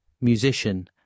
musician